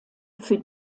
für